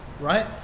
right